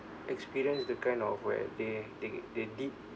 experience the kind of where they they they did